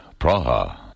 Praha